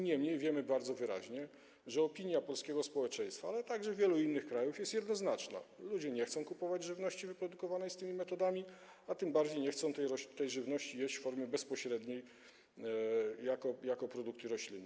Niemniej jednak widzimy bardzo wyraźnie, że opinia polskiego społeczeństwa, ale także społeczeństw wielu innych krajów, jest jednoznaczna: ludzie nie chcą kupować żywności wyprodukowanej tymi metodami, a tym bardziej nie chcą tej żywności spożywać w formie bezpośredniej jako produkty roślinne.